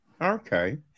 Okay